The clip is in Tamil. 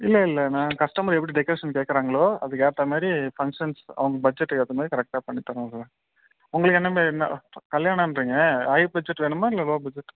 இல்லை இல்லை நாங்கள் கஸ்டமர் எப்படி டெக்கரேஷன் கேட்குறாங்களோ அதுக்கு ஏற்ற மாதிரி ஃபங்க்ஷன்ஸ் அவங்க பட்ஜெட்டுக்கு ஏற்ற மாதிரி கரெக்டாக பண்ணி தருவோம் சார் உங்களுக்கு என்ன மாரி இருந்தால் கல்யாணம்ன்றிங்க ஹை பட்ஜெட் வேணுமா இல்லை லோ பட்ஜெட்